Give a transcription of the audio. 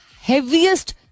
heaviest